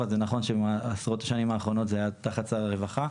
אבל זה נכון שבעשרות השנים האחרונות זה היה תחת שר הרווחה.